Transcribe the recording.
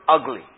ugly